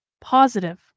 positive